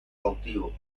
cautivo